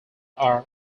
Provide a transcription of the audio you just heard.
are